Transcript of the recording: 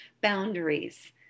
boundaries